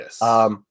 Yes